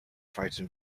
frighten